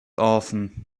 often